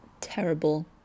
terrible